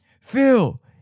Phil